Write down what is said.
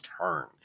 turn